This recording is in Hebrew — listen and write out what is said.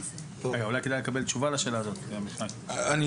אולי כדאי שנקבל רגע תשובה לשאלה ששאל השר.